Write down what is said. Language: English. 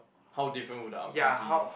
how different would the outcomes be